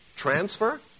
transfer